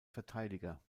verteidiger